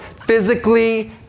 physically